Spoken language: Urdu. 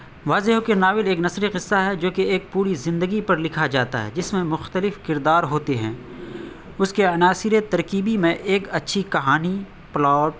واضح ہو کہ ناول ایک نثری قصہ ہے جو کہ ایک پوری زندگی پر لکھا جاتا ہے جس میں مختلف کردار ہوتے ہیں اس کے عناصر ترکیبی میں ایک اچھی کہانی پلاٹ